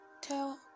tell